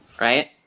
Right